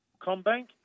Combank